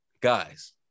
guys